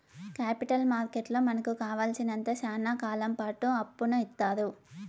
capital మార్కెట్లో మనకు కావాలసినంత శ్యానా కాలంపాటు అప్పును ఇత్తారు